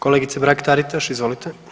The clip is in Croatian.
Kolegice Mrak-Taritaš izvolite.